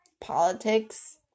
politics